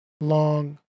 long